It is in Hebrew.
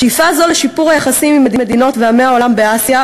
שאיפה זו לשיפור היחסים עם מדינות ועמי העולם באסיה,